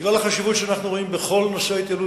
בגלל החשיבות שאנחנו רואים בכל נושא ההתייעלות